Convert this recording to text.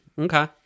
Okay